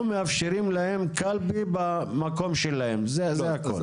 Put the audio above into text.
מאפשרים להם קלפי במקום שלהם זה הכול.